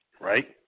right